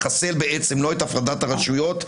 לחסל בעצם לא את הפרדת הרשויות,